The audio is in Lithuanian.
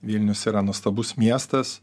vilnius yra nuostabus miestas